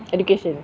education